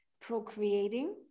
procreating